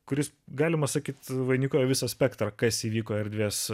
kuris galima sakyti vainikuoja visą spektrą kas įvyko erdvės